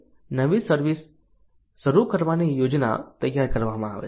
નવી સર્વિસ શરૂ કરવાની યોજના તૈયાર કરવામાં આવે છે